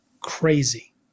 crazy